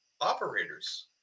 operators